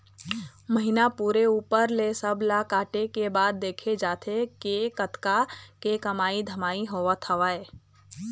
महिना पूरे ऊपर ले सब ला काटे के बाद देखे जाथे के कतका के कमई धमई होवत हवय